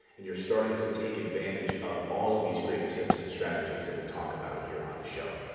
and you're starting to take advantage of all of these great tips and strategies that we talk about here on the show.